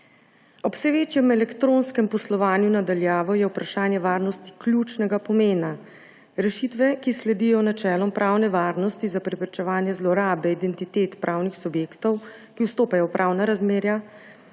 Ob vse večjem elektronskem poslovanju na daljavo je vprašanje varnosti ključnega pomena. Rešitve, ki sledijo načelom pravne varnosti za preprečevanje zlorabe identitet pravnih subjektov, ki vstopajo v pravna razmerja